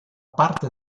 parte